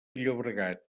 llobregat